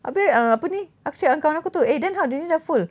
abeh uh apa ni aku cakap dengan kawan aku tu eh then how dia ni dah full